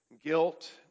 Guilt